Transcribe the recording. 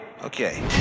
Okay